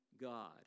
God